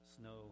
snow